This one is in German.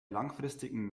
langfristigen